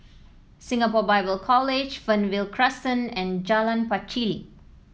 Singapore Bible College Fernvale Crescent and Jalan Pacheli